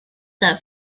that